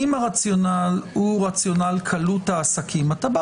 אם הרציונל הוא רציונל קלות העסקים אתה בא